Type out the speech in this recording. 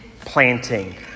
planting